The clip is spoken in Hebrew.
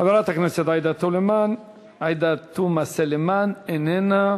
חברת הכנסת עאידה תומא סלימאן איננה,